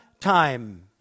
time